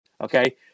Okay